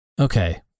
Okay